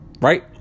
Right